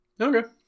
Okay